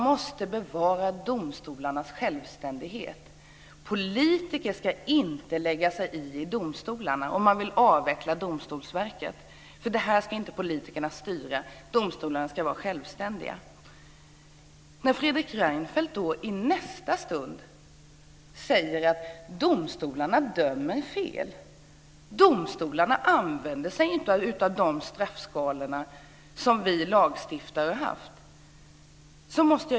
Det betonar man också i reservationen. Politiker ska inte lägga sig i domstolarnas arbete. Man vill avveckla Domstolsverket, för politikerna ska inte styra. Domstolarna ska vara självständiga. I nästa stund säger Fredrik Reinfeldt att domstolarna dömer fel och att de inte använder sig av de straffskalor som vi lagstiftare har avsett.